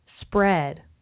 spread